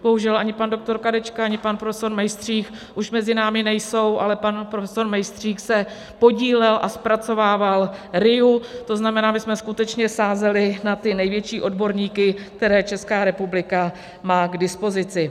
Bohužel, ani pan doktor Kadečka, ani pan profesor Mejstřík už mezi námi nejsou, ale pan profesor Mejstřík se podílel a zpracovával RIA, to znamená, my jsme skutečně sázeli na ty největší odborníky, které má Česká republika k dispozici.